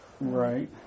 Right